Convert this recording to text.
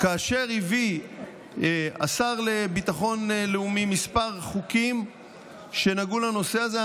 כאשר הביא השר לביטחון לאומי כמה חוקים שנגעו לנושא הזה,